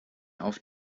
auf